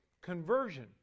conversion